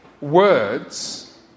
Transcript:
words